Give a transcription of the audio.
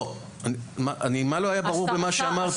לא, מה לא היה ברור במה שאמרתי?